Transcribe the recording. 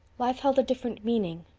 life held a different meaning,